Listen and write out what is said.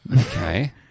Okay